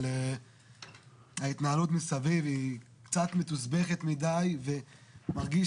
אבל ההתנהלות מסביב היא קצת מתוסבכת מדי ומרגיש